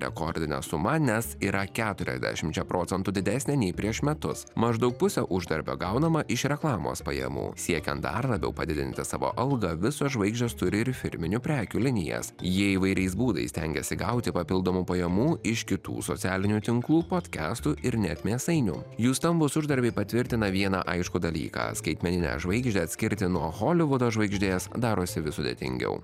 rekordinė suma nes yra keturiasdešimčia procentų didesnė nei prieš metus maždaug pusę uždarbio gaunama iš reklamos pajamų siekiant dar labiau padidinti savo algą visos žvaigždės turi ir firminių prekių linijas jie įvairiais būdais stengiasi gauti papildomų pajamų iš kitų socialinių tinklų podkestų ir net mėsainių jų stambūs uždarbiai patvirtina vieną aiškų dalyką skaitmeninę žvaigždę atskirti nuo holivudo žvaigždės darosi vis sudėtingiau